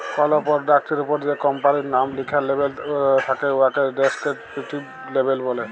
call পরডাক্টের উপরে যে কম্পালির লাম লিখ্যা লেবেল থ্যাকে উয়াকে ডেসকিরিপটিভ লেবেল ব্যলে